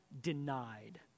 denied